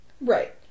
Right